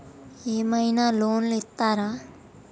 ఏమైనా లోన్లు ఇత్తరా?